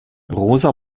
rosa